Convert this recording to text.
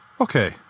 Okay